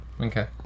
Okay